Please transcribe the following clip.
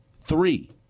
Three